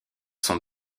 sont